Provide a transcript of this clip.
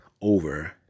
over